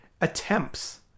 attempts